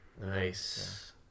Nice